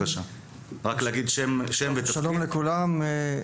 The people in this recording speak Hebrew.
שלום לכולם,